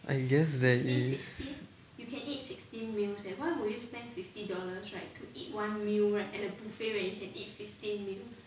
I guess that is